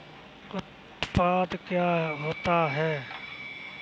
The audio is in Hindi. उत्पाद क्या होता है?